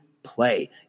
play